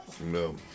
No